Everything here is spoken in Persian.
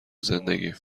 زندگیم